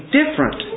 different